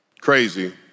crazy